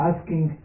Asking